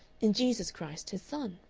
in jesus christ, his son.